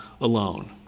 alone